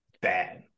Bad